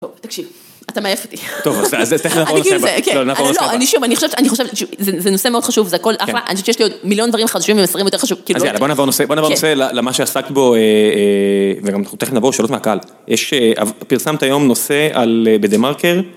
טוב, תקשיב, אתה מעייף אותי. טוב, אז תכף נעבור לשאלות מהקהל. אני כאילו כן, אני שוב... אני חושבת שזה נושא מאוד חשוב, זה הכל אחלה, אני חושבת שיש לי עוד מיליון דברים חדשים ומסרים יותר חשובים, כאילו... אז יאללה, בוא נעבור לנושא למה שעסקת בו וגם תכף נעבור לשאלות מהקהל. יש אמ... פרסמת היום נושא על... בדה-מרקר.